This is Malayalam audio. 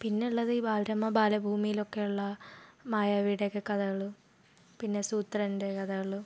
പിന്നെയുള്ളത് ഈ ബാലരമ ബാലഭൂമിയിലൊക്കെ ഉള്ള മായാവിയുടെ ഒക്കെ കഥകൾ പിന്നെ സൂത്രൻ്റെ കഥകൾ